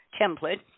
template